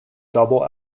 double